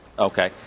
Okay